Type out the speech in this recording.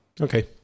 Okay